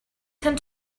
tend